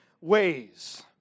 ways